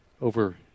over